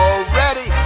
Already